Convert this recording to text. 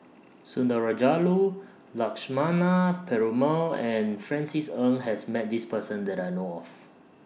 Sundarajulu Lakshmana Perumal and Francis Ng has Met This Person that I know of